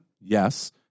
yes